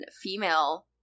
female